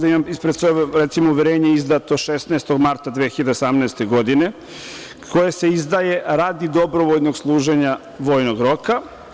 Ispred sebe imam uverenje izdato 16. marta 2018. godine, koje se izdaje radi dobrovoljnog služenja vojnog roka.